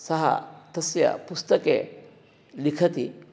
सः तस्य पुस्तके लिखति